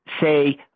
say